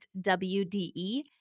wde